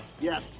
Yes